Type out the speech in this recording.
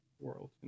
world